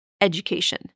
education